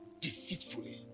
deceitfully